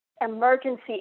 emergency